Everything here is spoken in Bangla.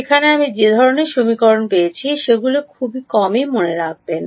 সেখানে আমি যে ধরণের সমীকরণ পেয়েছি সেগুলি খুব কমই মনে রাখবেন